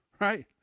right